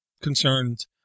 concerns